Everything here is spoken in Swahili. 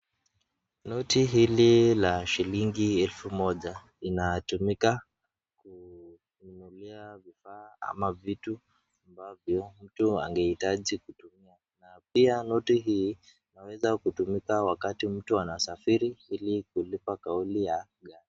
Noti hili la shilingi elfu moja inatumika kununulia vifaa ama vitu ambavyo mtu angehitaji kutumia. Na pia noti hii inaweza kutumika wakati mtu anasafiri ili kulipa nauli ya gari.